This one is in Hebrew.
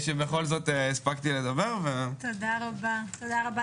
תודה רבה.